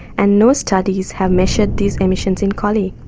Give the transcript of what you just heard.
and no studies have measured these emissions in collie.